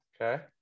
Okay